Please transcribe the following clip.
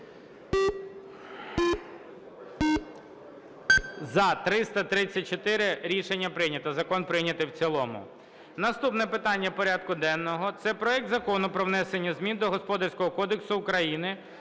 За-334 Рішення прийнято. Закон прийнятий в цілому. Наступне питання порядку денного – це проект Закону про внесення змін до Господарського кодексу України